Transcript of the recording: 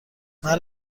مرا